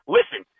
Listen